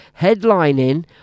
headlining